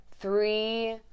three